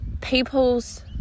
people's